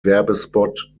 werbespot